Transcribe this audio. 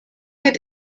wird